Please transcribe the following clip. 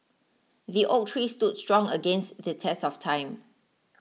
the oak tree stood strong against the test of time